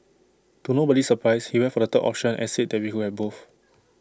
to nobody's surprise he went for the third option and said that we could have both